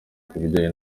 kubijyanye